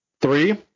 three